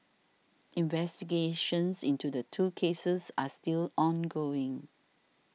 investigations into the two cases are still ongoing